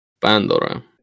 Pandora